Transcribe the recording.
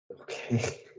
Okay